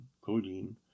codeine